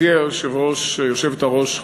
גברתי היושבת-ראש,